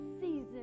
season